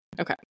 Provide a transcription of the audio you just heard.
Okay